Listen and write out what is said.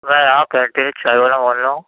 میں یہاں کینٹین میں چائے والا بول رہا ہوں